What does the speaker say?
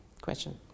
question